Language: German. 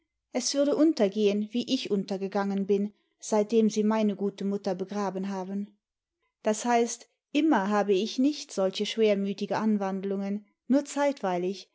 es würde untergehen wie ich imtergegangen bin seitdem sie meine gute mutter begraben haben das heißt immer habe ich nicht solche schwermütige anwandlimgen nur zeitweilig